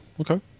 okay